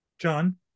John